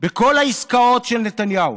בכל העסקאות של נתניהו.